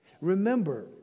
Remember